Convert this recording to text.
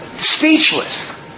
Speechless